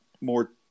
more